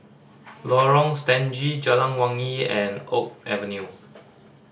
Lorong Stangee Jalan Wangi and Oak Avenue